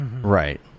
Right